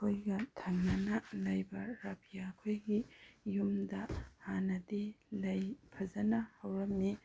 ꯑꯩꯈꯣꯏꯒ ꯊꯪꯅꯅ ꯂꯩꯕ ꯔꯕꯤꯌꯥ ꯈꯣꯏꯒꯤ ꯌꯨꯝꯗ ꯍꯥꯟꯅꯗꯤ ꯂꯩ ꯐꯖꯅ ꯍꯧꯔꯝꯃꯤ